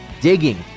digging